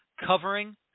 covering